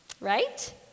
right